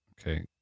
Okay